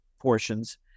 portions